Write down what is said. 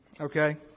Okay